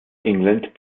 england